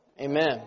Amen